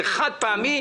זה חד-פעמי,